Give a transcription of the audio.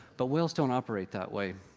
but whales don't operate that way,